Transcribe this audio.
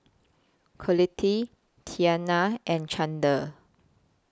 Colette Tiana and Chandler